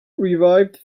revived